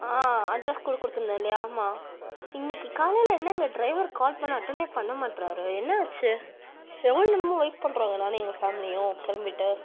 ஆ address கூட கொடுத்துருந்தேன் இல்லையா ஆமாம் இன்னக்கு காலையில என்னங்க டிரைவர் கால் பண்ணால் அட்டனே பண்ண மாட்டுறாரு என்னாச்சு எவ்வளோ நேரமாக வெயிட் பண்ணுறோம்ங்க நானும் எங்கள் ஃபேம்லியும் கிளம்பிட்டு